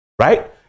Right